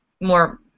more